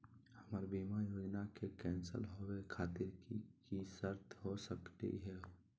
हमर बीमा योजना के कैन्सल होवे खातिर कि कि शर्त हो सकली हो?